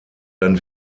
dann